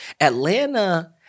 Atlanta